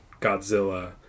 Godzilla